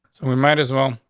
we might as well